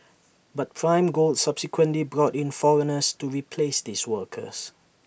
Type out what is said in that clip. but prime gold subsequently brought in foreigners to replace these workers